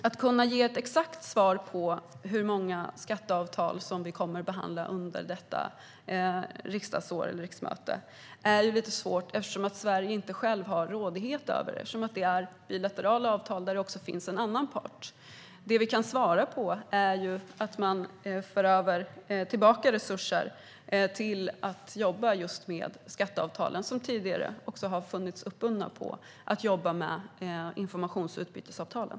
Att ge ett exakt svar på hur många skatteavtal vi kommer att behandla under detta riksmöte är lite svårt eftersom Sverige inte ensamt har rådighet över dem. Det är bilaterala avtal där det också finns en annan part. Det vi kan svara är att man för tillbaka resurser till att jobba med just skatteavtalen som tidigare har varit uppbundna vid arbetet med informationsutbytesavtalen.